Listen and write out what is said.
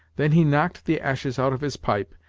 then he knocked the ashes out of his pipe,